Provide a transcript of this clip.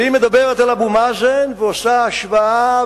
והיא מדברת על אבו מאזן ועושה השוואה